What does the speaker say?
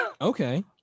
okay